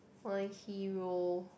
my hero